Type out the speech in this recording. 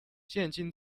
现今